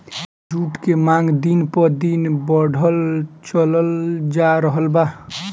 जुट के मांग दिन प दिन बढ़ल चलल जा रहल बा